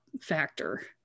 factor